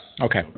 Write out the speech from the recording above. Okay